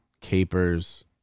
capers